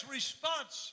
response